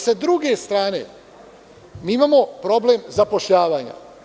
Sa druge strane, imamo problem zapošljavanja.